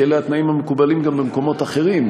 כי אלה התנאים המקובלים גם במקומות אחרים.